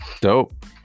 dope